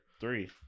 Three